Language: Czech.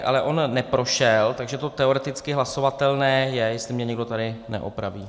Ale on neprošel, takže to teoreticky hlasovatelné je, jestli mě někdo tady neopraví.